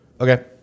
Okay